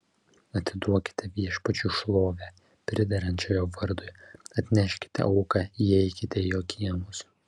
atiduokite viešpačiui šlovę priderančią jo vardui atneškite auką įeikite į jo kiemus